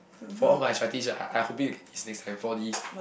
for all my arthritis right I I hoping you get this next time four D